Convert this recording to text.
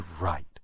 right